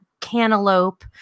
cantaloupe